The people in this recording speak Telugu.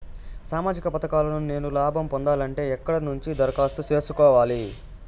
సామాజిక పథకాలను నేను లాభం పొందాలంటే ఎక్కడ నుంచి దరఖాస్తు సేసుకోవాలి?